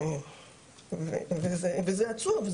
זה עצוב.